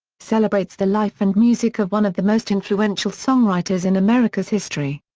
celebrates the life and music of one of the most influential songwriters in america's history.